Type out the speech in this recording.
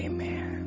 Amen